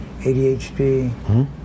ADHD